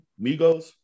Migos